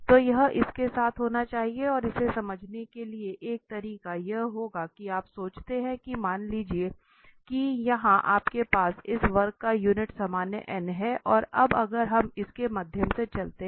तो यह इसके साथ होना चाहिए और इसे समझने के लिए एक तरीका यह होगा कि आप सोचते हैं कि मान लीजिए कि यहां आपके पास इस वक्र पर यूनिट सामान्य है और अब अगर हम इसके माध्यम से चलते हैं